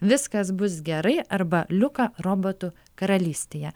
viskas bus gerai arba liuka robotų karalystėje